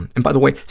and and by the way,